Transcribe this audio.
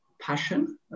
passion